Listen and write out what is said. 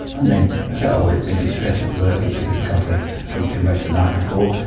and they say, well, it may be stress at work, it may be because they've drunk too much the night before.